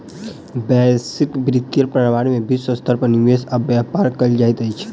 वैश्विक वित्तीय प्रणाली में विश्व स्तर पर निवेश आ व्यापार कयल जाइत अछि